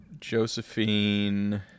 Josephine